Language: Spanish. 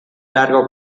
largo